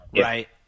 right